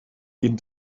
jeden